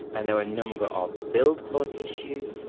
and there were a number of build quality issues, you know